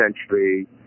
century